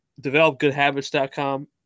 developgoodhabits.com